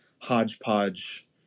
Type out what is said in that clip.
hodgepodge